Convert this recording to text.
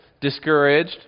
discouraged